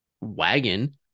wagon